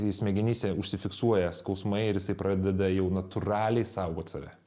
smegenyse užsifiksuoja skausmai ir jisai pradeda jau natūraliai saugot save